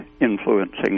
influencing